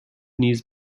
نیز